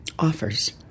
Offers